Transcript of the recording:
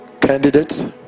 candidates